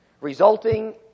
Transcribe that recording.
resulting